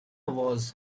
was